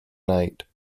night